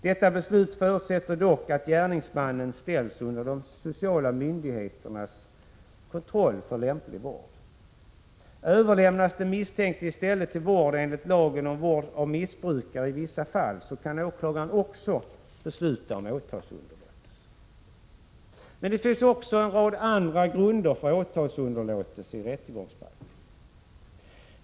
Detta beslut förutsätter att gärningsmannen ställs under de sociala myndigheternas kontroll för lämplig vård. Överlämnas den misstänkte i stället till vård enligt lagen om vård av missbrukare i vissa fall, kan åklagaren också besluta om åtalsunderlåtelse. Men det finns också en rad andra grunder för åtalsunderlåtelse i rättegångsbalken.